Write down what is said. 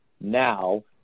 now